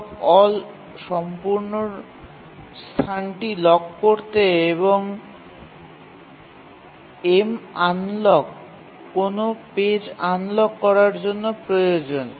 Mlockall সম্পূর্ণ স্থানটি lock করতে এবং Munlock কোনও পেজ আনলক করার জন্য প্রয়োজন